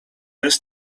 jest